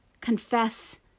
confess